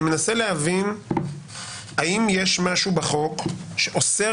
אני מנסה להבין האם יש משהו בחוק שאוסר